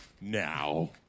Now